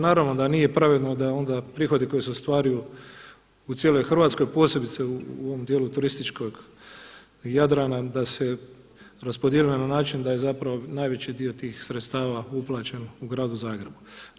Naravno da nije pravedno da onda prihodi koji se ostvaruju u cijeloj Hrvatskoj, posebice u ovom dijelu turističkog Jadrana da se raspodijeli na način da je najveći dio tih sredstava uplaćen u gradu Zagrebu.